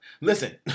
Listen